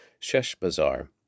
Sheshbazar